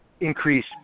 increase